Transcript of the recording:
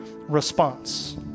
response